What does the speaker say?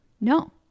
No